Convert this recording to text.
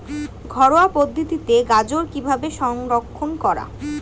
ঘরোয়া পদ্ধতিতে গাজর কিভাবে সংরক্ষণ করা?